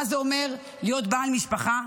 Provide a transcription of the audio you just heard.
מה זה אומר להיות בעל משפחה,